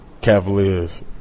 Cavaliers